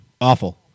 Awful